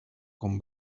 con